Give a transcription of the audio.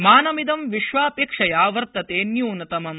मानमिदम् विश्वापेक्षया वर्तते न्यूनतमम्